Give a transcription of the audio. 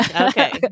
okay